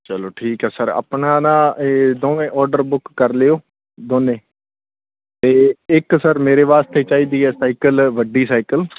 ਚਲੋ ਠੀਕ ਹੈ ਸਰ ਆਪਣਾ ਨਾ ਇਹ ਦੋਵੇਂ ਆਰਡਰ ਬੁੱਕ ਕਰ ਲਿਓ ਦੋਨੇ ਅਤੇ ਇੱਕ ਸਰ ਮੇਰੇ ਵਾਸਤੇ ਚਾਹੀਦੀ ਹੈ ਸਾਈਕਲ ਵੱਡੀ ਸਾਈਕਲ